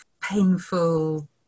painful